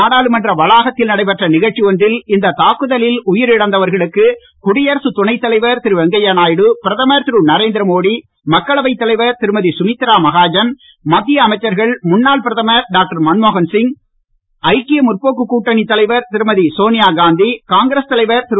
நாடாளுமன்ற வளாகத்தில் நடைபெற்ற நிகழ்ச்சி ஒன்றில் இந்த தாக்குதலில் உயிர் இழந்தவர்களுக்கு குடியரசுத் துணை தலைவர் திரு வெங்கையா நாயுடு பிரதமர் திரு நரேந்திரமோடி மக்களவைத் தலைவர் திருமதி சுமித்ரா மகாஜன் மத்திய அமைச்சர்கள் முன்னாள் பிரதமர் டாக்டர் மன்மோகன் சிங் ஐக்கிய முற்போக்குக் கூட்டணித் தலைவர் திருமதி சோனியாகாந்தி காங்கிரஸ் தலைவர் திரு